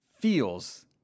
feels